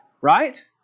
right